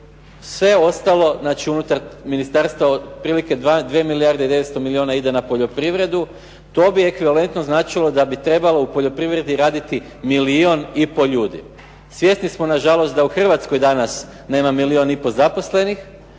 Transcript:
sve ostalo znači unutar ministarstva, otprilike 2 milijarde i 900 milijuna ide na poljoprivredu, to bi ekvivalentno značilo da bi trebalo u poljoprivredi raditi milijun i pol ljudi. Svjesni smo na žalost da u Hrvatskoj danas nema milijun i pol zaposlenih